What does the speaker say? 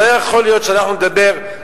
לא יכול להיות שאנחנו נדבר,